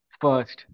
first